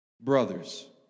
brothers